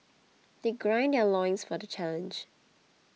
they gird their loins for the challenge